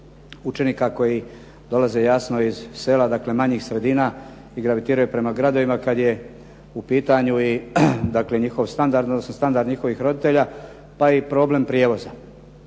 učenika koji dolaze jasno iz sela, dakle manjih sredina i gravitiraju prema gradovima kad je u pitanju i dakle njihov standard, odnosno standard njihovih roditelja, pa i problem prijevoza.